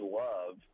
love